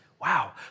Wow